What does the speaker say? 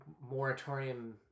moratorium